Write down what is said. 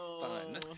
fun